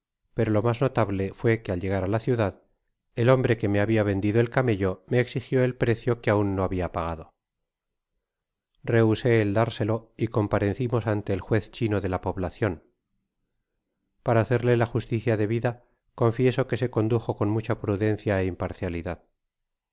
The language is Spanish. pero lo mas notable fué que al llegar á la ciudad el hombre que me babia vendido el camello me exigio el precio que aun no habia pagado rehusé el dárselo y comparecimos ante el juez chino de la poblacion para hacerle la justicia debida confieso que se condujo con mucha prudencia ó impar